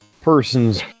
person's